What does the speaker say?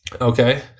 Okay